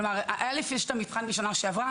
יש המבחן מהשנה שעברה,